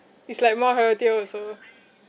it's like more healthier also